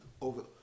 over